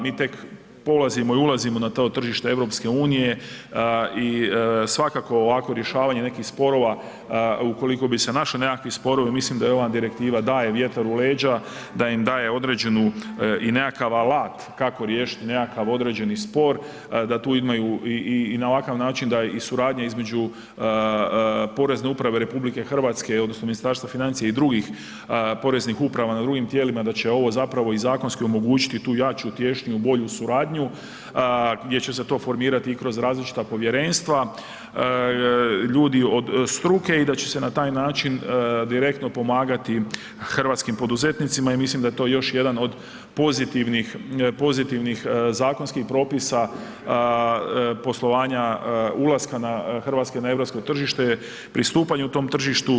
Mi tek polazimo i ulazimo na to tržište EU i svakako ovako rješavanje nekih sporova, ukoliko bi se našli nekakvi sporovi mislim da im ova direktiva daje vjetar u leđa, da im daje određenu i nekakav alat kako riješiti nekakav određeni spor, da tu imaju i na ovakav način da i suradnja između Porezne uprave RH odnosno Ministarstva financija i drugih poreznih uprava na drugim tijelima da će ovo zapravo i zakonski omogućiti tu jaču, tješniju, bolju suradnju gdje će se to formirati i kroz različita povjerenstva ljudi od struke i da će se na taj način direktno pomagati hrvatskim poduzetnicima i mislim da je to još jedan od pozitivnih, pozitivnih zakonskih propisa poslovanja ulaska Hrvatske na europsko tržište, pristupanju tom tržištu.